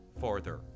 farther